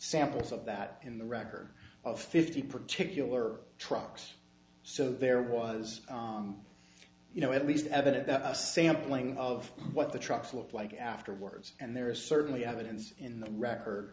samples of that in the record of fifty particular trucks so there was you know at least evidence sampling of what the trucks looked like afterwards and there is certainly evidence in the record